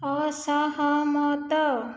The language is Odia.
ଅସହମତ